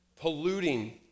Polluting